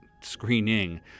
screening